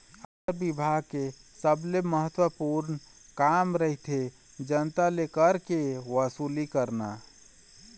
आयकर बिभाग के सबले महत्वपूर्न काम रहिथे जनता ले कर के वसूली करना